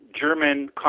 German